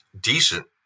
decent